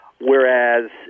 Whereas